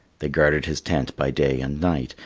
they guarded his tent by day and night,